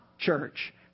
church